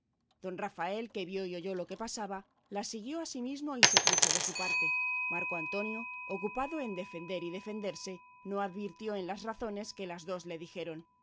don rafael que vio y oyó lo que pasaba las siguió asimismo y se puso de su parte marco antonio ocupado en ofender y defenderse no advirtió en las razones que las dos le dijeron